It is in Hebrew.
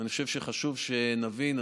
ואני חושב שחשוב שנבין,